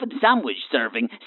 sandwich-serving